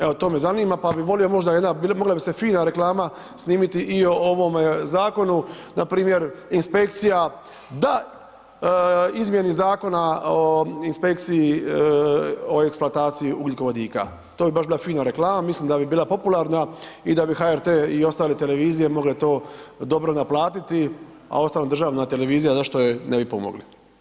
Evo to me zanima, pa bi volio možda, bi li, mogla bi se fina reklama snimiti i o ovome zakonu, npr. inspekcija da izmjeni Zakona o inspekciji, o eksploataciji ugljikovodika, to bi baš bila fina reklama, mislim da bi bila popularna i da bi HRT i ostale televizije mogle to dobro naplatiti, a uostalom, državna televizija, zašto je ne bi pomogli?